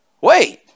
wait